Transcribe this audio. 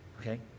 okay